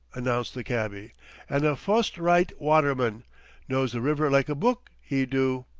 announced the cabby and a fust-ryte waterman knows the river like a book, he do.